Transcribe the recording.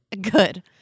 good